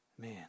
man